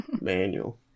manual